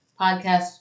Podcast